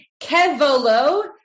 kevolo